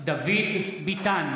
דוד ביטן,